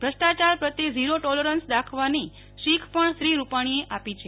ભ્રષ્ટાચાર પ્રત્યે zero tolerance દાખવવાની શીખ પણ શ્રી રૂપાણીએ આપી છે